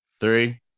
Three